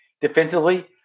defensively